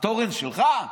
התורן שלך?